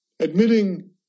Admitting